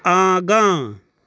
आगाँ